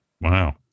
Wow